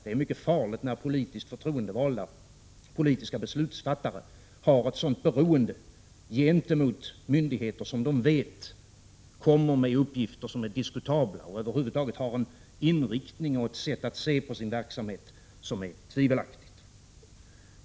Det är mycket farligt när politiskt förtroendevalda — politiska beslutsfattare — har ett sådant beroende gentemot myndigheter som de vet kommer med uppgifter som är diskutabla och över huvud taget har en inriktning och ett sätt att se på sin verksamhet som är tvivelaktiga.